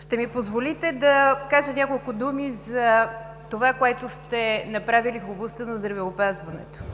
Ще ми позволите да кажа и няколко думи за това, което сте направили в областта на здравеопазването.